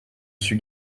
suis